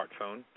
smartphone